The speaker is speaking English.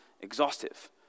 exhaustive